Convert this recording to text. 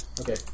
Okay